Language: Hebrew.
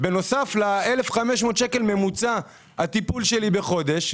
בנוסף ל-1,500 ממוצע הטיפול שלי בחודש,